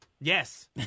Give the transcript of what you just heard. Yes